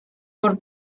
por